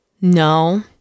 No